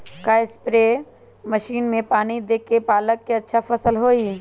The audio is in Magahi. का सिर्फ सप्रे मशीन से पानी देके पालक के अच्छा फसल होई?